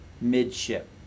mid-ship